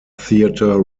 theatre